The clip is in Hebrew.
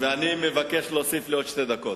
מבקש להוסיף לי עוד שתי דקות.